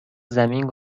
زمین